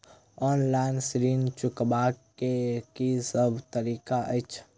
Online ऋण चुकाबै केँ की सब तरीका अछि?